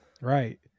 right